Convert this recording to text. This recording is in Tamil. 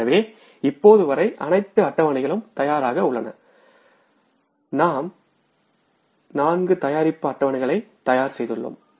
எனவே இப்போது வரை அனைத்து அட்டவணைகளும் தயாராக உள்ளன நாம் நான்கு தயாரிப்பு அட்டவணைகளை தயார் செய்துள்ளோம்